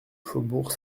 faubourg